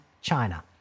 China